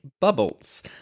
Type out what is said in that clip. bubbles